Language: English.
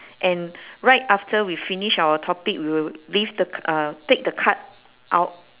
and right after we finish our topic we will leave the c~ uh take the card out